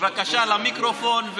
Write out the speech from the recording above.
בבקשה למיקרופון,